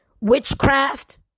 Witchcraft